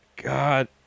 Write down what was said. God